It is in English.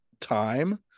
time